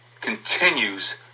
continues